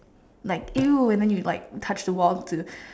like you and then you like touch the wall to